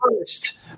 first